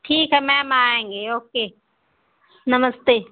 ठीक है मैम आएंगे ओके नमस्ते